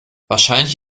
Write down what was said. wahrscheinlich